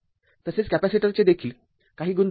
तसेच कॅपेसिटरचे देखील काही गुणधर्म आहेत